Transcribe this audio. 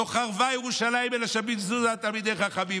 "לא חרבה ירושלים אלא, שביזו בה תלמידי חכמים".